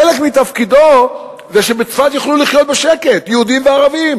חלק מתפקידו זה שבצפת יוכלו לחיות בשקט יהודים וערבים